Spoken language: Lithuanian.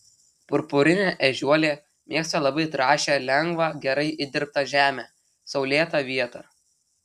purpurinė ežiuolė mėgsta labai trąšią lengvą gerai įdirbtą žemę saulėtą vietą